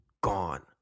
gone